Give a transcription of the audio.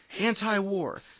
anti-war